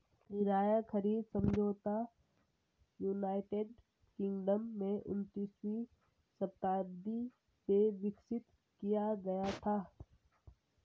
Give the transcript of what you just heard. किराया खरीद समझौता यूनाइटेड किंगडम में उन्नीसवीं शताब्दी में विकसित किया गया था